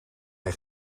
hij